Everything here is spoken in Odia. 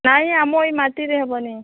ନାଇଁ ଆମ ଏଇ ମାଟିରେ ହେବନି